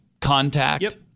Contact